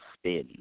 spin